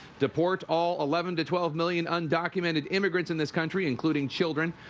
deport all eleven to twelve million undocumented immigrants in this country, including children,